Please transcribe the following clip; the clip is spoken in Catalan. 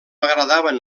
agradaven